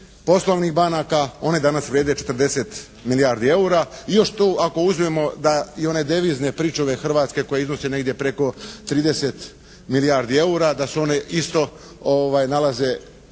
poslovnih banaka, one danas vrijede 40 milijardi eura i još 100 ako uzmemo da i one devizne pričuve Hrvatske koje iznose negdje preko 30 milijardi eura da se one isto nalaze